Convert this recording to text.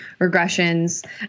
regressions